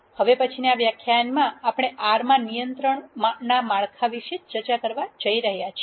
હવે પછીનાં વ્યાખ્યાનમાં આપણે R માં નિયંત્રણ માળખાં વિશે ચર્ચા કરવા જઈ રહ્યા છીએ